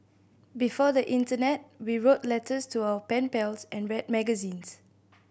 before the internet we wrote letters to our pen pals and read magazines